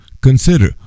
Consider